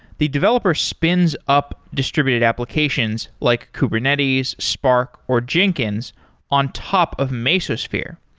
the developer spins up distributed applications, like kubernetes, spark, or jenkins on top of mesosphere.